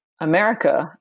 America